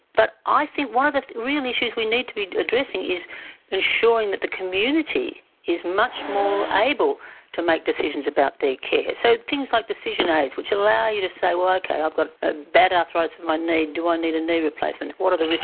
but i think one of the real issues we need to be addressing is ensuring that the community is much more able to make decisions about their care. so things like decision aids which allow you to say, well, okay i've got ah bad arthritis in my knee, do i need a knee replacement? what are the risks,